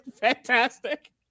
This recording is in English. fantastic